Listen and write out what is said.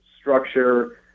structure